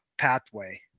pathway